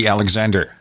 Alexander